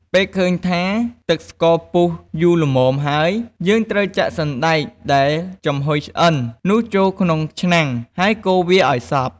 ពេលឃើញថា ទឹកស្ករពុះយូរល្មមហើយ យើងត្រូវចាក់សណ្តែកដែលចំហុយឆ្អិននោះចូលក្នុងឆ្នាំងហើយកូរវាឱ្យសព្វ។